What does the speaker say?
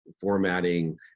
formatting